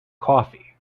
coffee